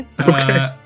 Okay